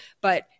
but-